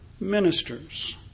ministers